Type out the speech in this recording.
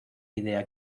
idea